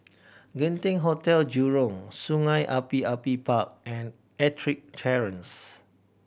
Genting Hotel Jurong Sungei Api Api Park and Ettrick Terrace